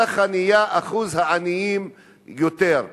ככה נהיה אחוז העניים גדול יותר.